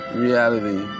reality